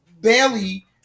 belly